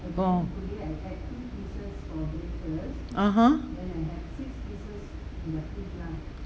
orh (uh huh)